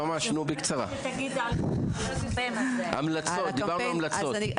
המלצות, דיברנו המלצות.